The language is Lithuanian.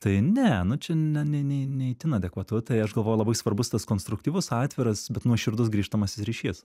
tai ne nu čia ne ne ne ne itin adekvatu tai aš galvoju labai svarbus tas konstruktyvus atviras bet nuoširdus grįžtamasis ryšys